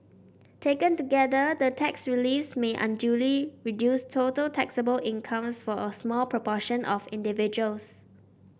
taken together the tax reliefs may unduly reduce total taxable incomes for a small proportion of individuals